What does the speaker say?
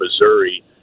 Missouri